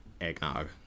eggnog